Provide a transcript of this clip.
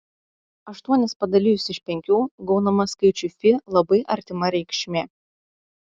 aštuonis padalijus iš penkių gaunama skaičiui fi labai artima reikšmė